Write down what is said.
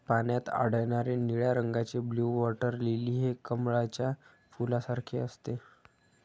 पाण्यात आढळणारे निळ्या रंगाचे ब्लू वॉटर लिली हे कमळाच्या फुलासारखे असते